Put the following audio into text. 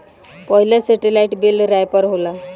पहिला सेटेलाईट बेल रैपर होला